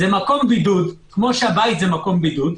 זה מקום בידוד, כמו שהבית הוא מקום בידוד.